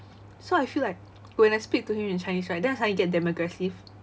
so I feel like when I speak to him in chinese right then I suddenly get damn aggressive